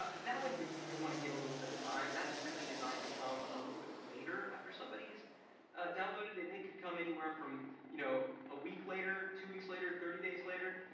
that one you you wanna give a little bit of time. that's really designed to come a little bit later after somebody's downloaded and it could come anywhere from you know a week later, two weeks later, thirty days later.